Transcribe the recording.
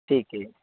ਠੀਕ ਹੈ